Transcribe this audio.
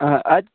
آ اَتہِ